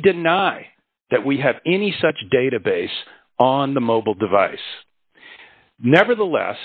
deny that we have any such database on the mobile device nevertheless